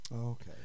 okay